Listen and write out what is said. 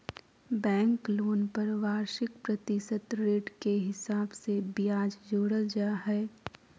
bank loan पर वार्षिक प्रतिशत रेट के हिसाब से ब्याज जोड़ल जा हय